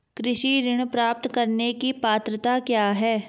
कृषि ऋण प्राप्त करने की पात्रता क्या है?